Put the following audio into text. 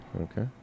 Okay